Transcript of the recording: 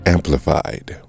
Amplified